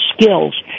skills